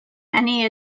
many